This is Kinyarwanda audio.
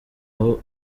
aho